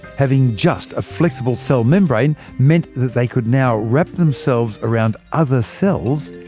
having just a flexible cell membrane meant that they could now wrap themselves around other cells,